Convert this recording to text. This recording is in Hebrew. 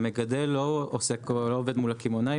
המגדל לא עובד מול הקמעונאים,